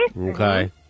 Okay